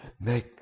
make